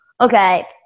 Okay